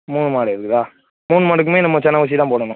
மூணு மாடு இருக்குதா மூணு மாடுக்குமே நம்ம சின ஊசி தான் போடணும்